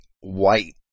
white